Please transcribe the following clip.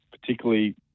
particularly